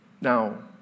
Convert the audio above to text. Now